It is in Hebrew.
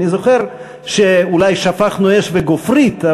אני זוכר שאולי שפכנו אש וגופרית,